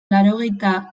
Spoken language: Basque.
laurogeita